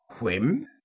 Whim